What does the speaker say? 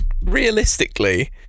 realistically